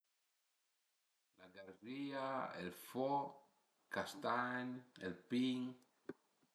La garzìa, ël fo, castagn, ël pin